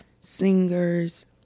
singers